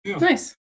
Nice